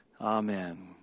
Amen